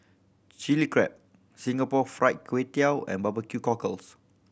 Chilli Crab Singapore Fried Kway Tiao and barbecue cockles